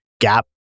gap